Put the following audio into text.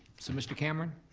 so mr. cameron,